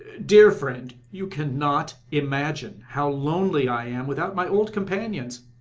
dear friend, you cannot imagine how lonely i am without my old companions!